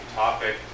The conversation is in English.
topic